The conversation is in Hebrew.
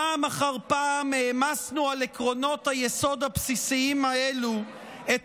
פעם אחר פעם העמסנו על עקרונות היסוד הבסיסיים האלו את